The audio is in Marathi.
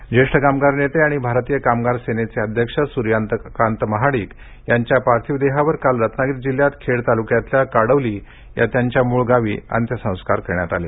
महाडिक ज्येष्ठ कामगार नेते आणि भारतीय कामगार सेनेचे अध्यक्ष सूर्यकांत महाडिक यांच्या पार्थिव देहावर काल रत्नागिरी जिल्ह्यात खेड तालुक्यातल्या काडवली या त्यांच्या मूळ गावी अंत्यसंस्कार करण्यात आले